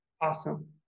awesome